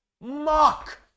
Mock